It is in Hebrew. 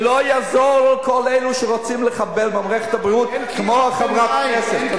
ולא יעזור לכל אלה שרוצים לחבל במערכת הבריאות כמו חברת הכנסת.